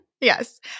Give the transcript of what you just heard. Yes